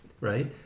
right